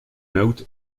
note